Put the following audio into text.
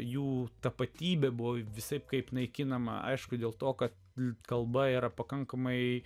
jų tapatybė buvo visaip kaip naikinama aišku dėl to kad jų kalba yra pakankamai